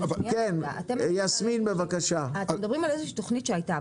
אתם מדברים על איזושהי תוכנית שהייתה,